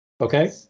Okay